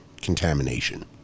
contamination